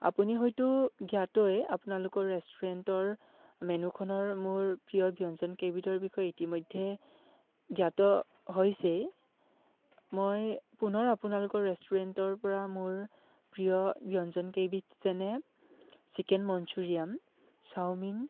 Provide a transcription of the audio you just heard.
আপুনি হয়টো জ্ঞাতই আপোনালোকৰ ৰেষ্টুৰেণ্টৰ মেন্য়ুখনৰ মোৰ প্ৰিয় ব্যঞ্জনকেইবিধৰ বিষয়ে ইতিমধ্যে জ্ঞাত হৈছেই মই পুনৰ আপোনালোকৰ ৰেষ্টুৰেণ্টৰ পৰা মোৰ প্ৰিয় ব্যঞ্জনকেইবিধ যেনে চিকেন মঞ্চুৰিয়ান চাওমিন